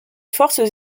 forces